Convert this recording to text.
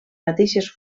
mateixes